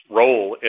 role